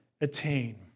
attain